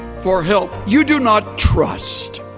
for help you do not trust